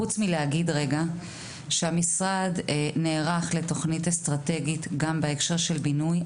חוץ מלהגיד שהמשרד נערך לתוכנית אסטרטגית גם בהקשר של בינוי.